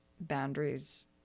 boundaries